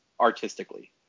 artistically